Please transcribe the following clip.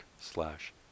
slash